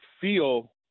feel